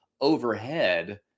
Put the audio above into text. overhead